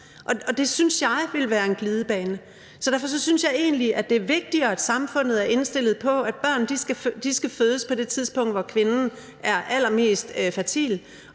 og det synes jeg ville være en glidebane. Så derfor synes jeg egentlig, at det er vigtigere, at samfundet er indstillet på, at børn skal fødes på det tidspunkt, hvor kvinden er allermest fertil.